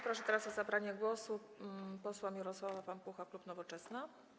Proszę teraz o zabranie głosu posła Mirosława Pampucha klub Nowoczesna.